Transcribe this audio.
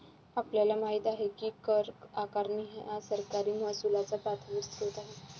आपल्याला माहित आहे काय की कर आकारणी हा सरकारी महसुलाचा प्राथमिक स्त्रोत आहे